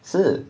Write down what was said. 是